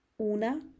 una